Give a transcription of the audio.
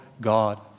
God